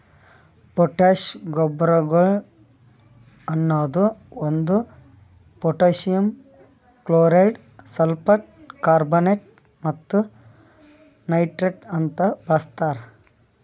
potash ಗೊಬ್ಬರಗೊಳ್ ಅನದು ಒಂದು ಪೊಟ್ಯಾಸಿಯಮ್ ಕ್ಲೋರೈಡ್, ಸಲ್ಫೇಟ್, ಕಾರ್ಬೋನೇಟ್ ಮತ್ತ ನೈಟ್ರೇಟ್ ಅಂತ ಬಳಸ್ತಾರ್